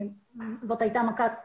זאת הייתה מכת מדינה,